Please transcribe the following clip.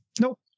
Nope